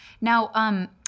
Now